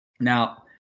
Now